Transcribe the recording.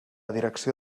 direcció